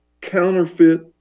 counterfeit